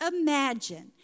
imagine